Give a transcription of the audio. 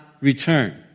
return